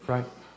Right